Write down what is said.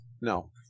no